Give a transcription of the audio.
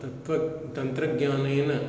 तत्र तन्त्रज्ञानेन